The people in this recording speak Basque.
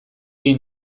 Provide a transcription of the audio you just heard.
egin